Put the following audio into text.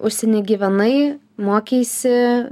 užsieny gyvenai mokeisi